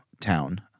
Town